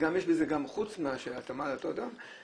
יש בזה גם חוץ מהתאמה לאותו אדם,